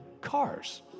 cars